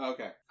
Okay